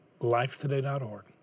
lifetoday.org